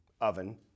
oven